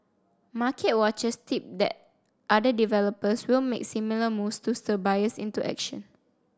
market watchers tip that other developers will make similar moves to stir buyers into action